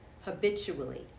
habitually